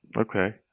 Okay